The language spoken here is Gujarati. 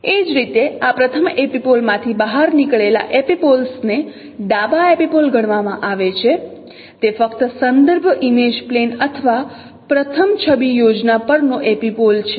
એ જ રીતે આ પ્રથમ એપિપોલ માંથી બહાર નીકળેલા એપિપોલ્સ ને ડાબા એપિપોલ ગણવામાં આવે છે તે ફક્ત સંદર્ભ ઇમેજ પ્લેન અથવા પ્રથમ છબી યોજના પરનો એપિપોલ છે